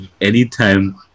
anytime